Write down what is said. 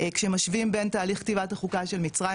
כשמשווים בין תהליך כתיבת החוקה של מצרים